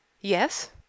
Yes